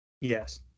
Yes